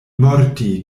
morti